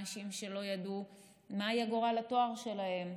אנשים לא ידעו מה יהיה גורל התואר שלהם,